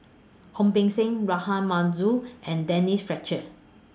Ong Beng Seng Rahayu Mahzam and Denise Fletcher